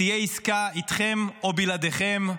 תהיה עסקה איתכם או בלעדיכם,